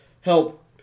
help